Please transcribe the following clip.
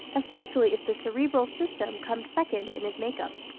especially if the cerebral system comes second in his makeup.